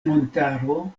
montaro